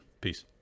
peace